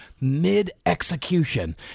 mid-execution